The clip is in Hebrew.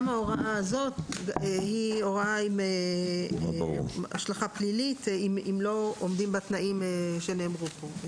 גם ההוראה הזאת היא עם השלכה פלילית אם לא עומדים בתנאים שנאמרו פה.